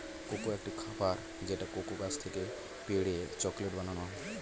cocoa একটি খাবার যেটা কোকো গাছ থেকে পেড়ে চকলেট বানানো হয়